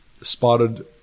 spotted